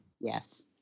Yes